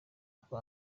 uko